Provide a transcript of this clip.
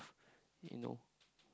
you know